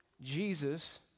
Jesus